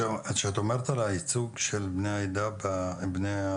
כשאת אומרת על הייצוג של בני העדה עם --- ביחידות